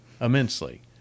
immensely